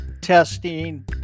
testing